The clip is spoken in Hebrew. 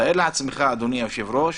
תאר לעצמך אדוני היושב ראש